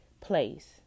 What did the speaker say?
place